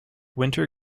winter